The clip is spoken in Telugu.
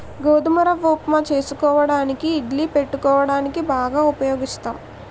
గోధుమ రవ్వ ఉప్మా చేసుకోవడానికి ఇడ్లీ పెట్టుకోవడానికి బాగా ఉపయోగిస్తాం